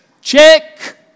check